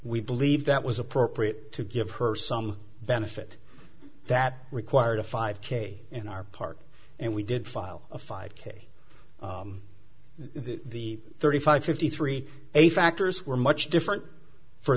we believe that was appropriate to give her some benefit that required a five k in our part and we did file a five k the thirty five fifty three a factors were much different for